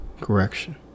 correction